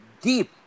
deep